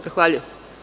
Zahvaljujem.